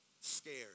Scared